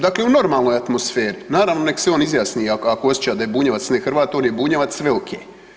Dakle, u normalno atmosferi, naravno nek se on izjasni ako osjeća da je Bunjevac ne Hrvat, on je Bunjevac, sve ok.